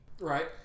right